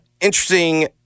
interesting